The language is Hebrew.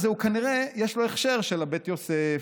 כנראה שהשמן הזה, יש לו הכשר של הבית יוסף,